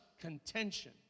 contention